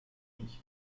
uni